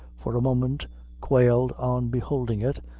for a moment quailed on beholding it,